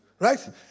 right